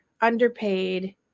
underpaid